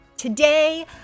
Today